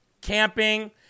camping